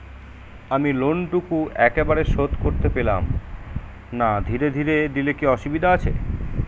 আমি লোনটুকু একবারে শোধ করতে পেলাম না ধীরে ধীরে দিলে কি অসুবিধে আছে?